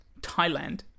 Thailand